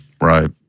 Right